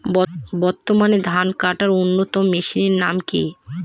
বর্তমানে ধান কাটার অন্যতম মেশিনের নাম কি?